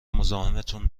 مزاحمتتون